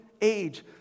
age